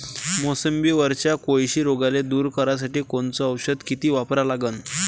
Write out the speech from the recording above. मोसंबीवरच्या कोळशी रोगाले दूर करासाठी कोनचं औषध किती वापरा लागन?